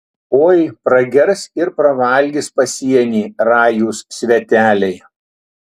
oi pragers ir pravalgys pasienį rajūs sveteliai